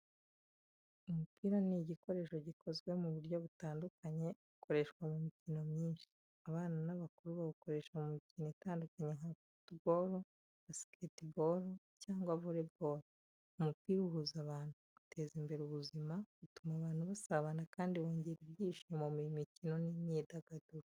Umupira ni igikoresho gikozwe mu buryo butandukanye gukoreshwa mu mikino myinshi. Abana n’abakuru bawukoresha mu mikino itandukanye nka football, basketball cyangwa volleyball. Umupira uhuza abantu, uteza imbere ubuzima, utuma abantu basabana kandi wongera ibyishimo mu mikino n’imyidagaduro.